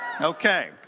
Okay